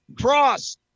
cross